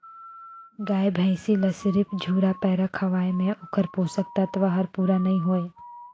गाय भइसी ल सिरिफ झुरा पैरा खवाये में ओखर पोषक तत्व हर पूरा नई होय